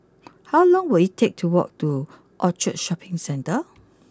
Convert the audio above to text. how long will it take to walk to Orchard Shopping Centre